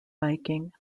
biking